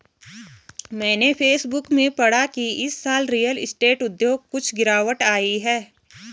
मैंने फेसबुक में पढ़ा की इस साल रियल स्टेट उद्योग कुछ गिरावट आई है